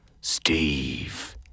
Steve